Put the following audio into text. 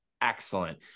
excellent